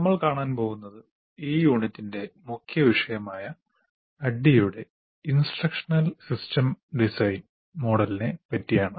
നമ്മൾ കാണാൻ പോകുന്നത് ഈ യൂണിറ്റിന്റെ മുഖ്യ വിഷയമായ ADDIE യുടെ ഇൻസ്ട്രക്ഷണൽ സിസ്റ്റം ഡിസൈൻ മോഡലിനെ പറ്റിയാണ്